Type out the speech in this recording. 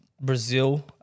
Brazil